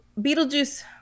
beetlejuice